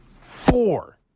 Four